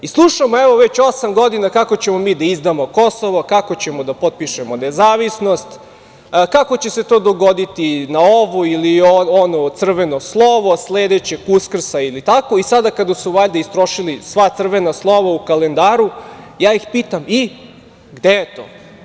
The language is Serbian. Slušamo, evo, već osam godina kako ćemo mi da izdamo Kosovo, kako ćemo da potpišemo nezavisnost, kako će se to dogoditi na ovo ili ono crveno slovo, sledećeg Uskrsa ili tako i sada, kada su valjda istrošili sva crvena slova u kalendaru, ja ih pitam – i gde je to?